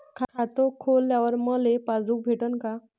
खातं खोलल्यावर मले पासबुक भेटन का?